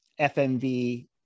FMV